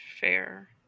fair